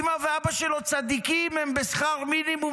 אימא ואבא שלו צדיקים, הם בשכר מינימום.